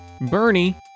Bernie